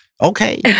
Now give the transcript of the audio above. okay